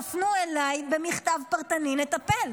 תפנו אליי במכתב פרטני, נטפל.